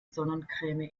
sonnencreme